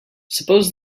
suppose